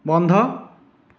বন্ধ